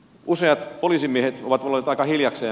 useat poliisimiehet ovat olleet aika hiljakseen